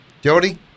jody